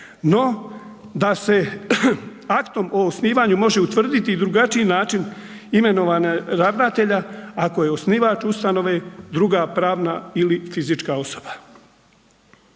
no da se aktom o osnivanju može utvrditi i drugačiji način imenovanja ravnatelja ako je osnivač ustanove druga pravna ili fizička osoba.